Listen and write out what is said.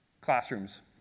classrooms